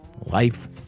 life